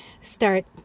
start